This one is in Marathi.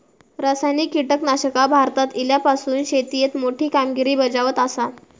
रासायनिक कीटकनाशका भारतात इल्यापासून शेतीएत मोठी कामगिरी बजावत आसा